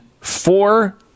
four